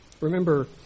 remember